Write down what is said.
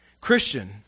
Christian